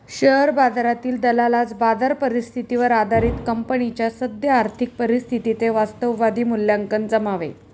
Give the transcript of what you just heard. share बाजारातील दलालास बाजार परिस्थितीवर आधारित कंपनीच्या सद्य आर्थिक परिस्थितीचे वास्तववादी मूल्यांकन जमावे